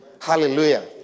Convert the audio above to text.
Hallelujah